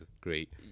great